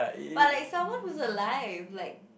but like someone who's alive like